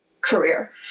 career